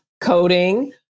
coding